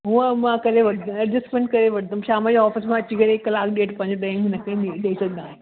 उहो मां करे वठंदमि एडजस्टमेंट करे वठंदमि शाम जो ऑफ़िस मां अची करे हिकु किलाकु ॾेढि पंहिंजो पहिरीं हुन खे ॾी ॾेई छॾींदमि